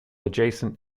adjacent